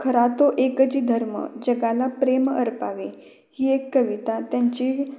खरा तो एकची धर्म जगाला प्रेम अर्पावे ही एक कविता त्यांची